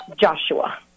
Joshua